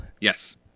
Yes